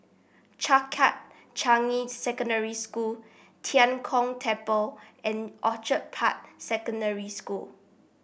Changkat Changi Secondary School Tian Kong Temple and Orchid Park Secondary School